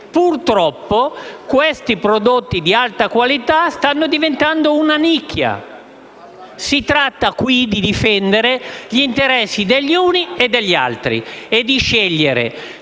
Purtroppo questi prodotti di alta qualità stanno diventando di nicchia. Si tratta di difendere gli interessi degli uni e degli altri e di scegliere.